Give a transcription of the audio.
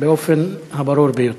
באופן הברור ביותר.